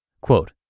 Quote